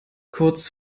kurz